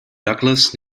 douglas